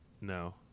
No